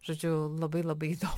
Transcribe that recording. žodžiu labai labai daug